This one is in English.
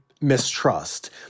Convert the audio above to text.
mistrust